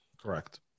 Correct